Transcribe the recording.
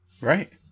Right